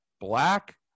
black